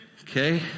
Okay